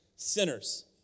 Sinners